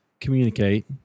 communicate